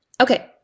okay